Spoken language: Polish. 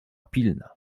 pilna